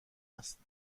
است